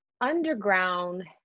Underground